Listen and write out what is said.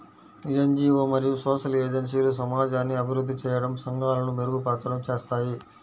NGO మరియు social ఏజెన్సీలు సమాజాన్ని అభివృద్ధి చేయడం, సంఘాలను మెరుగుపరచడం చేస్తాయి